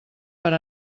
per